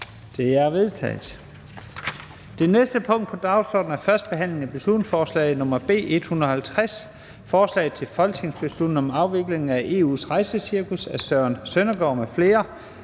Det er vedtaget. --- Det næste punkt på dagsordenen er: 6) 1. behandling af beslutningsforslag nr. B 150: Forslag til folketingsbeslutning om afvikling af EU's rejsecirkus. Af Søren Søndergaard (EL) m.fl.